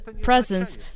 presence